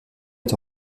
est